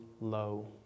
low